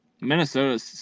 Minnesota